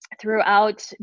Throughout